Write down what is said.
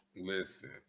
listen